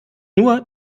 nur